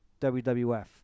WWF